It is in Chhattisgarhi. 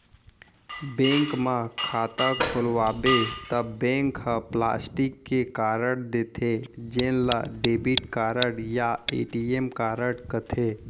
बेंक म खाता खोलवाबे त बैंक ह प्लास्टिक के कारड देथे जेन ल डेबिट कारड या ए.टी.एम कारड कथें